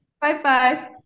Bye-bye